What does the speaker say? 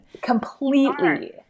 Completely